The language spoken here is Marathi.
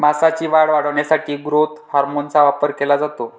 मांसाची वाढ वाढवण्यासाठी ग्रोथ हार्मोनचा वापर केला जातो